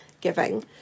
giving